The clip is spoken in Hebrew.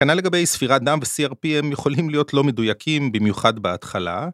כנ״ל לגבי ספירת דם וCRP הם יכולים להיות לא מדויקים במיוחד בהתחלה